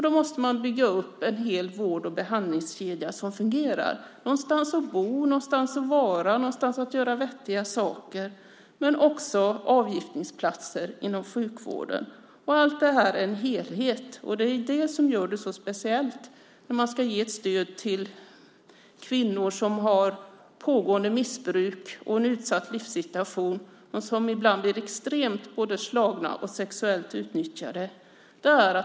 Då måste man bygga upp en hel vård och behandlingskedja som fungerar. De behöver någonstans att bo, någonstans att vara, någonstans att göra vettiga saker och även avgiftningsplatser inom sjukvården. Allt detta är en helhet, och det är det som är så speciellt när man ska ge stöd till kvinnor som har ett pågående missbruk, en utsatt livssituation och som ibland blir både slagna och sexuellt utnyttjade.